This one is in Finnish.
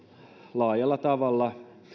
laajalla tavalla